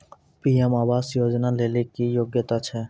PM आवास योजना लेली की योग्यता छै?